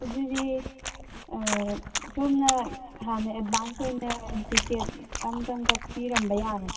ꯑꯗꯨꯗꯤ ꯁꯣꯝꯅ ꯍꯥꯟꯅ ꯑꯦꯗꯚꯥꯟꯁ ꯑꯣꯏꯅ ꯇꯤꯛꯀꯦꯠ ꯑꯝꯇꯪ ꯀꯛꯄꯤꯔꯝꯕ ꯌꯥꯒ